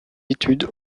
études